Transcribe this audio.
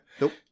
Nope